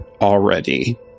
already